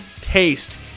Taste